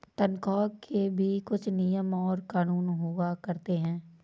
तन्ख्वाह के भी कुछ नियम और कानून हुआ करते हैं